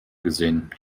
gesehen